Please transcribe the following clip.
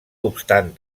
obstant